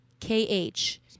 K-H